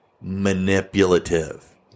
Manipulative